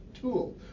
tool